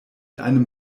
einem